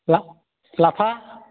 लाफा